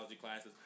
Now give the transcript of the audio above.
classes